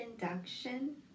induction